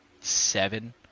seven